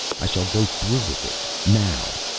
i shall go through with it. now.